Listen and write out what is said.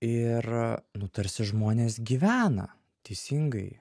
ir nu tarsi žmonės gyvena teisingai